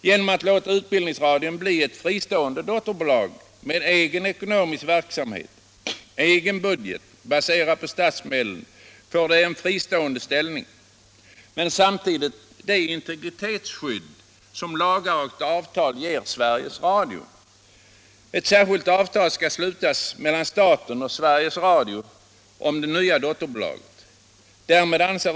Genom 8 december 1976 att låta den bli ett fristående dotterföretag med egen ekonomisk verk-= = samhet och egen budget baserad på statsmedel ger vi den en fristående Radio och television ställning men samtidigt det integritetsskydd som lagar och avtal ger Sve = i utbildningsväsenriges Radio. det Ett särskilt avtal skall slutas mellan staten och Sveriges Radio om det nya dotterbolaget.